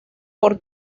por